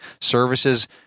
services